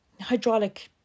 hydraulic